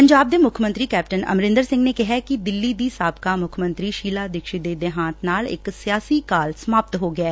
ਪੰਜਾਬ ਦੇ ਮੁੱਖ ਮੰਤਰੀ ਕੈਪਟਨ ਅਮਰਿੰਦਰ ਸਿੰਘ ਨੇ ਕਿਹੈ ਕਿ ਦਿੱਲੀ ਦੀ ਸਾਬਕਾ ਮੁੱਖ ਮੰਤਰੀ ਸ਼ੀਲਾ ਦੀਕਸ਼ਤ ਦੇ ਦੇਹਾਂਤ ਨਾਲ ਇਕ ਸਿਆਸੀ ਕਾਲ ਸਮਾਪਤ ਹੋ ਗਿਐ